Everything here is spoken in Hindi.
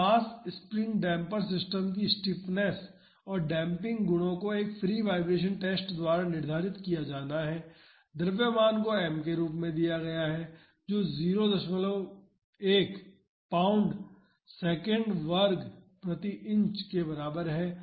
एक मास स्प्रिंग डैम्पर सिस्टम की स्टिफनेस और डेम्पिंग गुणों को एक फ्री वाइब्रेशन टेस्ट द्वारा निर्धारित किया जाना है द्रव्यमान को m के रूप में दिया गया है जो 01 पाउंड सेकंड वर्ग प्रति इंच के बराबर है